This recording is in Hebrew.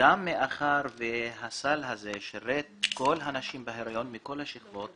וגם מאחר שהסל הזה שירת את כל הנשים בהריון מכל השכבות